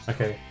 Okay